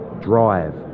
drive